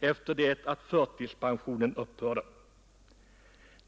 efter det att förtidspensioneringen upphört.